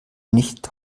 nicht